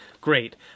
great